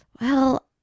Well-